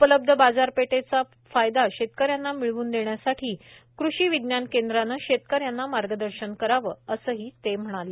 उपलब्ध बाजारपेठेचा फायदा शेतकऱ्यांना मिळवून देण्यासाठी कृषी विज्ञान केंद्रानं शेतकऱ्यांना मार्गदर्शन करावं असंही ते म्हणाले